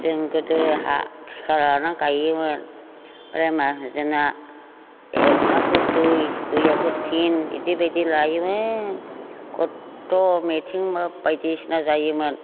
जों गोदो हा थिखा लाना गायोमोन ओमफ्राय माहाजोना एक आंखौ दुइ दुइखौ थिनि बिदि बायदि लायोमोन खथ्थ' मिथिं मा बायदिसिना जायोमोन